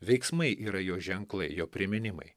veiksmai yra jo ženklai jo priminimai